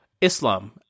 Islam